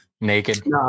Naked